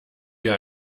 wir